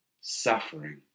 Suffering